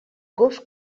gos